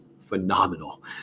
phenomenal